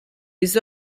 les